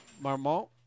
Marmont